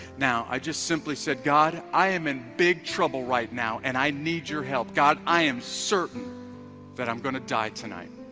now i just simply said god i am in big trouble right now and i need your help god i am certain that i'm gonna, die tonight